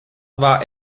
war